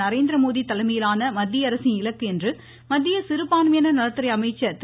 நரேந்திரமோடி தலைமையிலான மத்திய அரசின் இலக்கு என்று மத்திய சிறுபான்மையினர் நலத்துறை அமைச்சர் திரு